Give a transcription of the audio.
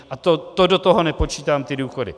A to do toho nepočítám ty důchody.